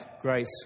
grace